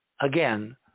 again